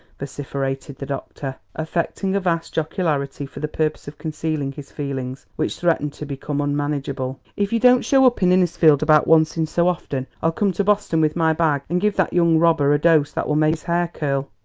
vociferated the doctor, affecting a vast jocularity for the purpose of concealing his feelings, which threatened to become unmanageable. if you don't show up in innisfield about once in so often i'll come to boston with my bag and give that young robber a dose that will make his hair curl.